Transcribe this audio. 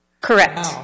Correct